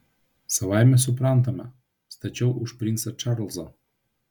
savaime suprantama stačiau už princą čarlzą